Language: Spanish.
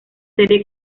serie